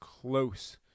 close